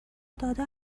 داده